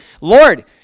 Lord